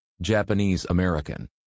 Japanese-American